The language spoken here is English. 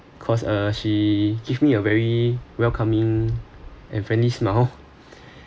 because uh she give me a very welcoming and friendly smile